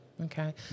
Okay